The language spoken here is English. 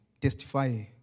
testify